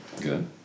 Good